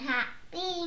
Happy